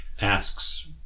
asks